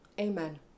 amen